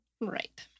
right